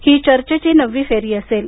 ही चर्चेची नववी फेरी असेल